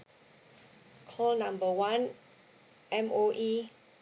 call number one M_O_E